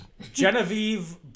Genevieve